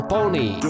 Pony